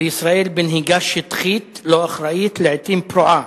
בישראל בנהיגה שטחית, לא אחראית, לעתים פרועה,